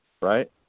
right